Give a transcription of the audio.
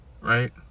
Right